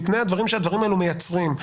מפני הדברים שהדברים האלו מייצרים.